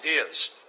ideas